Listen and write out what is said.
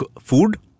Food